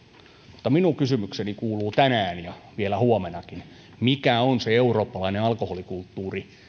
mutta minun kysymykseni kuuluu tänään ja vielä huomennakin mikä on se eurooppalainen alkoholikulttuuri